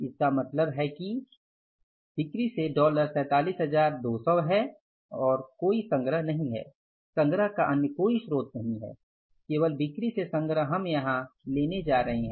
इसका मतलब है कि बिक्री से डॉलर 47200 है कोई और संग्रह नहीं संग्रह का कोई अन्य स्रोत नहीं है केवल बिक्री से संग्रह हम यहां लेने जा रहे हैं